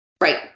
Right